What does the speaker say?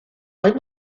faint